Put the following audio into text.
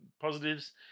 positives